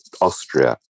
Austria